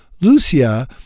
Lucia